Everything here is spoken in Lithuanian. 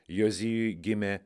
jozijui gimė